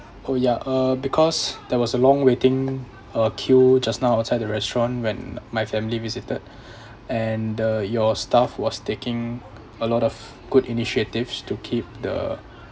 oh yeah uh because there was a long waiting uh queue just now outside the restaurant when my family visited and uh your staff was taking a lot of good initiatives to keep the